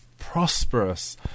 prosperous